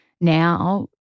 now